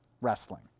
wrestling